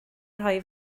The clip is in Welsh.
rhoi